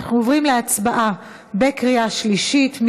אנחנו עוברים להצבעה בקריאה שלישית.